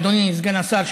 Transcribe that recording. אדוני סגן השר,